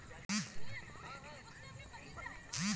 तोहों है बात जानै छौ कि न्यूनतम समर्थन मूल्य आबॅ सरकार न तय करै छै